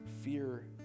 fear